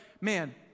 man